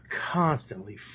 constantly